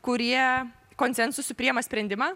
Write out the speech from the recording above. kurie konsensusu priima sprendimą